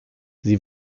sie